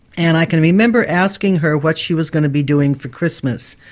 and i can remember asking her what she was going to be doing for christmas,